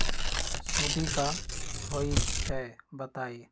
सुडी क होई छई बताई?